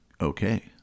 okay